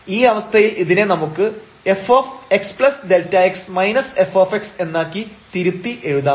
ഈ അവസ്ഥയിൽ ഇതിനെ നമുക്ക് fxΔx f എന്നാക്കി തിരുത്തി എഴുതാം